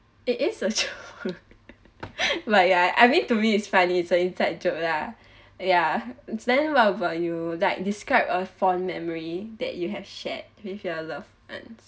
it is a true like I I mean to me it's funny it's an inside joke lah ya then what about you like describe a fond memory that you have shared with your love ones